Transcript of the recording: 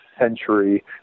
century